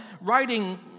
writing